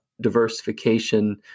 diversification